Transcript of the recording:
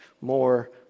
more